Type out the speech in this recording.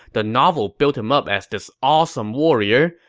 the novel built him up as this awesome warrior,